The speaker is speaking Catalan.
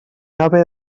haver